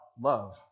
love